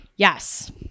Yes